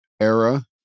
era